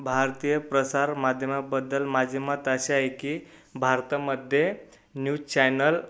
भारतीय प्रसार माध्यमाबद्दल माझे मत असे आहे की भारतामध्ये न्यूज चॅनल